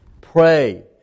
Pray